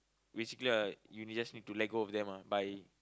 basically uh you just need to let go of them ah by